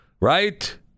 right